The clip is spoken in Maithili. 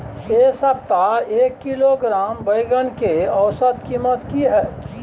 ऐ सप्ताह एक किलोग्राम बैंगन के औसत कीमत कि हय?